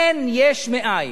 אין יש מאין.